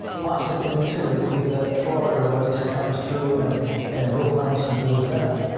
possibly two, if that florida race comes through and and bill nelson goes down.